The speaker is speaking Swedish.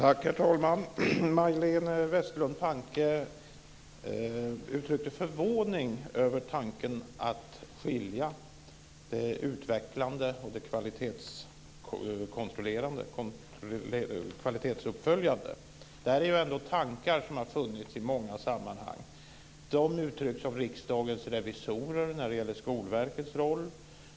Herr talman! Majléne Westerlund Panke uttryckte förvåning över tanken att skilja på utvecklande och det kvalitetsuppföljande. Det är ändå tankar som har funnits i många sammanhang. De uttrycks av Riksdagens revisorer när det gäller Skolverkets roll.